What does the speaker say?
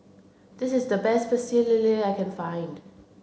this is the best Pecel Lele that I can find